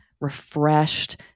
refreshed